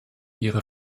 ihre